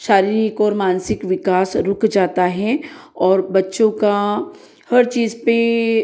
शारीरिक ओर मानसिक विकास रुक जाता है और बच्चों का हर चीज़ पर